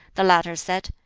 the latter said,